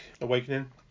Awakening